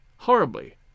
horribly